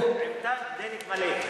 עם טנק דלק מלא.